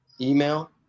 email